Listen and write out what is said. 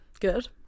Good